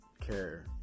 care